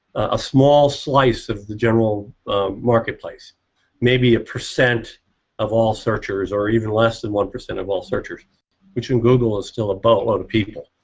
a small slice of the general market place, may be a percent of all searchers or even less than one percent of all searchers which in google has still a boat load of people,